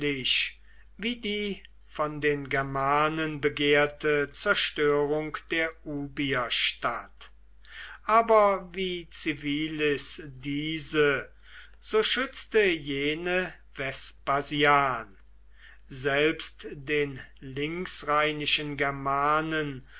wie die von den germanen begehrte zerstörung der ubierstadt aber wie civilis diese so schützte jene vespasian selbst den linksrheinischen germanen